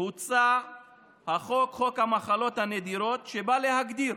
הוצע החוק, חוק המחלות הנדירות, שבא להגדיר,